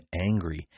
angry